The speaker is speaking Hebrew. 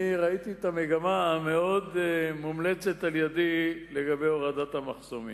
אני ראיתי את המגמה המאוד מומלצת על-ידי לגבי הורדת המחסומים,